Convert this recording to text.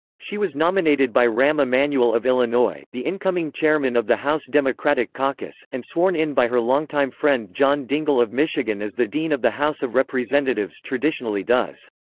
she was nominated by rahm emanuel of illinois, the incoming chairman of the house democratic caucus, and sworn in by her longtime friend john dingell of michigan as the dean of the house of representatives traditionally does.